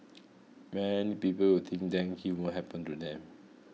many people think dengue won't happen to them